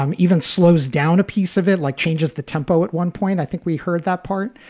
um even slows down a piece of it, like changes the tempo at one point. i think we heard that part.